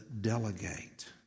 delegate